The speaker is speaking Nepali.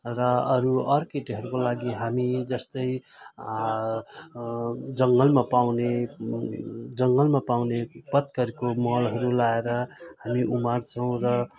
र अरू अर्किडहरूको लागि हामी जस्तै जङ्गलमा पाउने जङ्गलमा पाउने पत्करको मलहरू लाएर हामी उमार्छौँ र